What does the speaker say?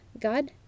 God